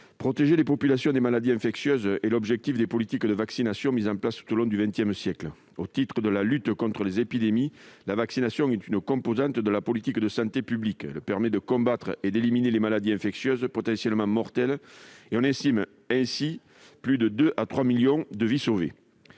Protéger les populations des maladies infectieuses est l'objectif des politiques de vaccination mises en place tout au long du XX siècle. Au titre de la lutte contre les épidémies, la vaccination est une composante de la politique de santé publique. Elle permet de combattre et d'éliminer les maladies infectieuses, potentiellement mortelles. On estime le nombre de vies ainsi sauvées